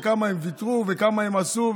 כמה הם ויתרו וכמה הם עשו,